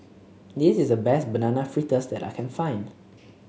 this is the best Banana Fritters that I can find